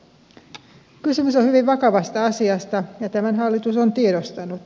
kysymys on hyvin vakavasta asiasta ja tämän hallitus on tiedostanut